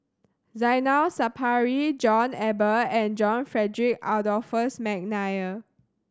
Zainal Sapari John Eber and John Frederick Adolphus McNair